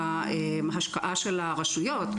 בהשקעה של הרשויות,